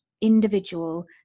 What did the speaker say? individual